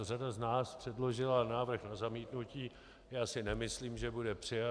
Řada z nás předložila návrh na zamítnutí, já si nemyslím, že bude přijat.